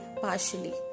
partially